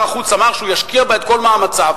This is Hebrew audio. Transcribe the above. החוץ אמר שהוא ישקיע בה את כל מאמציו.